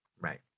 Right